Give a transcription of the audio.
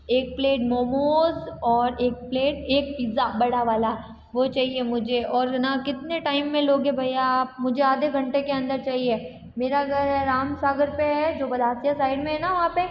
एक प्लेट मोमोज़ और एक प्लेट एक पिज़्ज़ा बड़ा वाला वह चाहिए मुझे और है न कितने टाइम में लोगे भैया आप मुझे आधे घंटे के अन्दर चाहिए मेरा घर है राम सागर पर है जो बलासिया साइड में न वहाँ पर